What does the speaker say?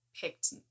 picked